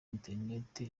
interineti